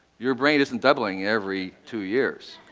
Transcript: your brain isn't doubling every two years.